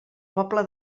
pobla